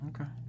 Okay